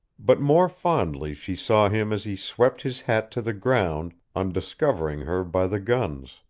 but more fondly she saw him as he swept his hat to the ground on discovering her by the guns,